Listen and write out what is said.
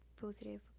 positive